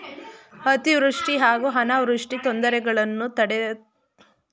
ಅತಿವೃಷ್ಟಿ ಹಾಗೂ ಅನಾವೃಷ್ಟಿ ತೊಂದರೆಗಳನ್ನು ತಂದೊಡ್ಡುವ ಹವಾಮಾನ ಬದಲಾವಣೆಯನ್ನು ಹೇಗೆ ತಿಳಿಯುವಿರಿ?